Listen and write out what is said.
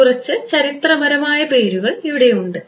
അതിനാൽ കുറച്ച് ചരിത്രപരമായ പേരുകൾ ഇവിടെയുണ്ട്